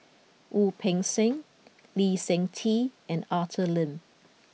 Wu Peng Seng Lee Seng Tee and Arthur Lim